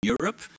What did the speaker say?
Europe